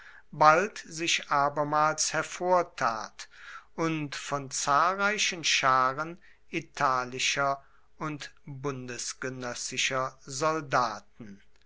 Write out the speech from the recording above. bald sich abermals hervortat und von zahlreichen scharen italischer und bundesgenössischer soldaten